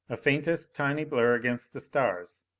a faintest, tiny blur against the stars,